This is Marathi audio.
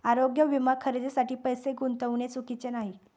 आरोग्य विमा खरेदीसाठी पैसे गुंतविणे चुकीचे नाही